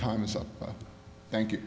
time is up thank you